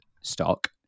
stock